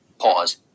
Pause